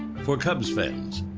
for cubs fans,